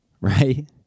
right